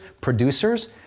producers